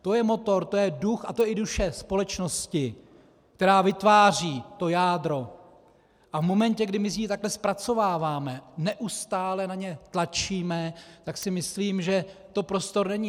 To je motor, to je duch a to je i duše společnosti, která vytváří to jádro a v momentě, kdy my si ji takto zpracováváme, neustále na ně tlačíme, tak si myslím, že to prostor není.